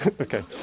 Okay